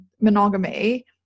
monogamy